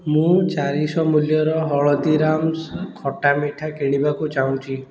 ମୁଁ ଚାରିଶହ ମୂଲ୍ୟର ହଳଦୀରାମ୍ସ୍ ଖଟା ମିଠା କିଣିବାକୁ ଚାହୁଁଛି